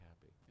happy